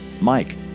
Mike